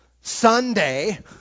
sunday